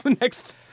Next